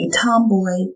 tomboy